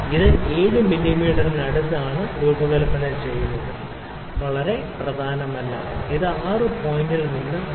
ഇത് 7 മില്ലീമീറ്ററിനടുത്ത് രൂപകൽപ്പന ചെയ്യുന്നത് വളരെ പ്രധാനമല്ല ഇത് 6 പോയിന്റിൽ നിന്ന് 6